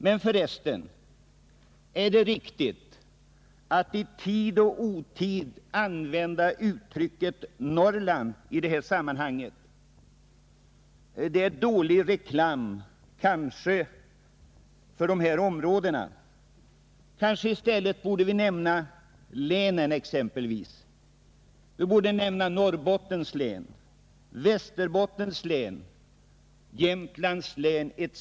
Är det för Övrigt riktigt att i tid och otid använda beteckningen Norrland i detta sammanhang. Det är dålig reklam för ifrågavarande områden. Vi kanske i stället borde nämna länen — Norrbottens län, Västerbottens län, Jämtlands län etc.